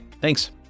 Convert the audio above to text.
Thanks